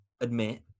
admit